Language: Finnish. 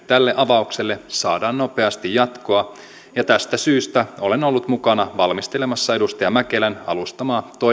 tälle avaukselle saadaan nopeasti jatkoa ja tästä syystä olen ollut mukana valmistelemassa edustaja mäkelän alustamaa